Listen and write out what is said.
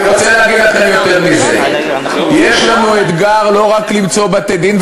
אני רוצה להגיד לכם יותר מזה: יש לנו אתגר לא רק למצוא בתי-דין,